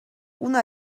una